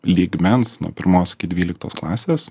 lygmens nuo pirmos iki dvyliktos klasės